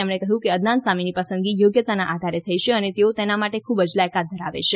તેમણે કહ્યું અદનાન સામીની પસંદગી યોગ્યતાના આધારે થઇ છે અને તેઓ તેના માટે ખૂબ જ લાયકાત ધરાવે છે